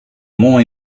more